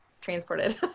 transported